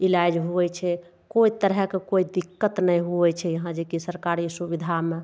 इलाज हुवै छै कोइ तरहके कोइ दिक्कत नहि हुवै छै यहाँ जे कि सरकारी सुविधामे